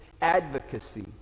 advocacy